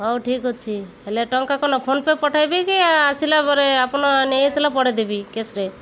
ହଉ ଠିକ୍ ଅଛି ହେଲେ ଟଙ୍କା କ'ଣ ଫୋନ୍ ପେ' ପଠେଇବି କି ଆସିଲା ପରେ ଆପଣ ନେଇଆସିଲା ପଠେଇ ଦେବି କ୍ୟାସ୍ରେ